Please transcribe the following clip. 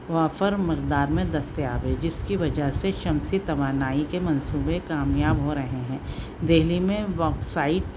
وافر مقدار میں دستیاب ہے جس کی وجہ سے شمسی توانائی کے منصوبے کامیاب ہو رہے ہیں دہلی میں واکسائٹ